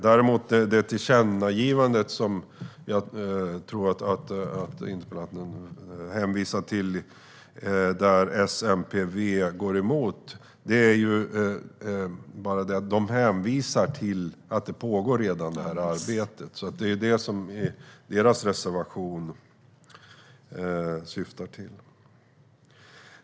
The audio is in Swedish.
När det gäller det tillkännagivande som jag tror att interpellanten hänvisar till där S, MP och V går emot sker det med hänvisning till att detta arbete redan pågår, så det är det som deras reservation syftar till.